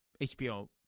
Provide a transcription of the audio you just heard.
HBO